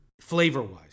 flavor-wise